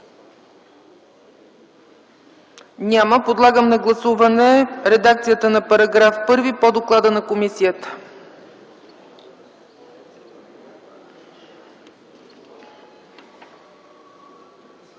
Няма. Подлагам на гласуване редакцията на § 1 по доклада на комисията.